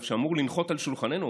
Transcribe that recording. שאמור לנחות על שולחננו,